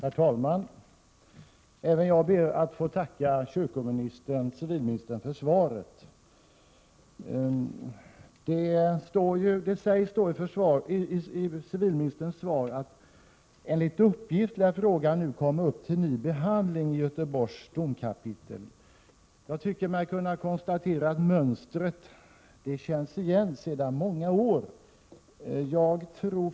Herr talman! Även jag ber att få tacka civilministern för svaret. I svaret står det: ”Enligt uppgift lär frågan nu komma upp till ny behandling i Göteborgs domkapitel.” Jag tycker mig kunna konstatera att mönstret känns igen sedan många år tillbaka.